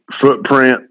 footprint